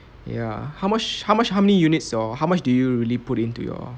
ya how much how much how many units your how much do you really put into your